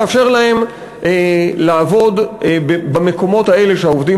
לאפשר להם לעבוד במקומות האלה שהעובדים